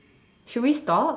should we stop